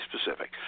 specific